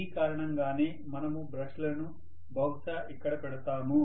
ఈ కారణం గానే మనము బ్రష్ లను బహుశా ఇక్కడ పెడతాము